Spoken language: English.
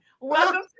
Welcome